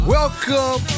Welcome